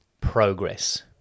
progress